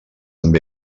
amb